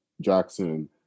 Jackson